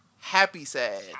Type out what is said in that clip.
happy-sad